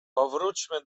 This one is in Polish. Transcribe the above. powróćmy